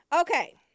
Okay